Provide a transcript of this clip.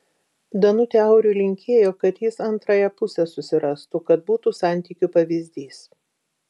danutė auriui linkėjo kad jis antrąją pusę susirastų kad būtų santykių pavyzdys